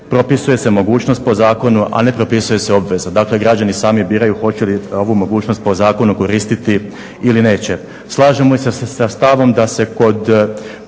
Propisuje se mogućnost po zakonu, ali ne propisuje se obveza. Dakle, građani sami biraju hoće li ovu mogućnost po zakonu koristiti ili neće. Slažemo se i sa stavom da se kod